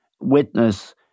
witness